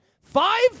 Five